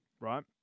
right